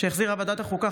שהחזירה ועדת החוקה,